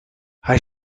hij